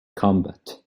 combat